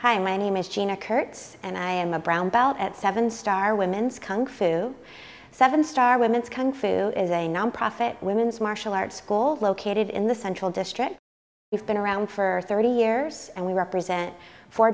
hi my name is gina kurtz and i am a brown belt at seven star women's kung fu seven star women's kung fu is a nonprofit women's martial arts school located in the central district we've been around for thirty years and we represent fo